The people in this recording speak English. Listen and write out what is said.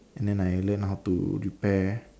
and then I learn how to repair